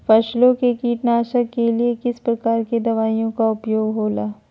फसलों के कीटनाशक के किस प्रकार के दवाइयों का उपयोग हो ला?